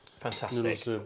Fantastic